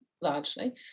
largely